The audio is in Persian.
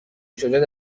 شجاعت